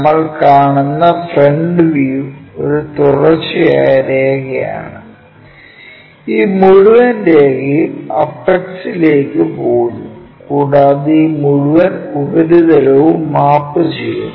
നമ്മൾ കാണുന്ന front view ഒരു തുടർച്ചയായ രേഖയാണ് ഈ മുഴുവൻ രേഖയും അപെക്സ് ലേക്ക് പോകുന്നു കൂടാതെ ഈ മുഴുവൻ ഉപരിതലവും മാപ്പ് ചെയ്യുന്നു